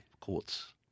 courts